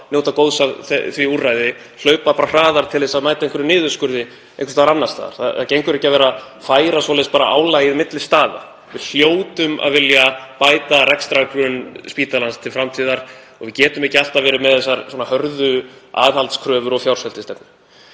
njóta góðs af því úrræði, hlaupa hraðar til að mæta niðurskurði einhvers staðar annars staðar. Það gengur ekki að vera að færa álagið bara á milli staða. Við hljótum að vilja bæta rekstrargrunn spítalans til framtíðar og við getum ekki alltaf verið með þessar hörðu aðhaldskröfur og fjársveltistefnu.